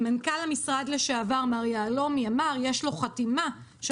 מנכ"ל המשרד לשעבר מר יהלומי אמר שיש לו חתימה של